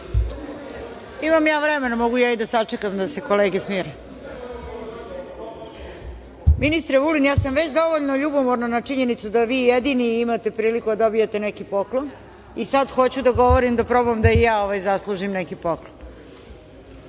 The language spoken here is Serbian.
Imam ja vremena, mogu i da sačekam da se kolege smire. Ministre Vulin, ja sam već dovoljno ljubomorna na činjenicu da vi jedini imate priliku da dobijete neki poklon, i sad hoću da govorim, da probam da i ja zaslužim neki poklon. Dakle,